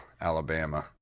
Alabama